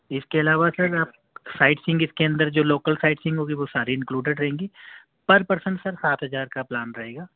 ِاس کے علاوہ سر آپ سائٹ سینگ اس کے اندر جو لوکل سائٹ سینگ ہو گی وہ ساری انکلوڈیڈ رہیں گی پر پرسن سر سات ہزار کا پلان رہے گا